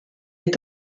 est